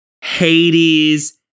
Hades